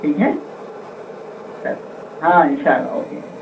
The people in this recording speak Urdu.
ٹھیک ہے اچھا ہاں ان شاء اللہ اوکے